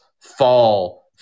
fall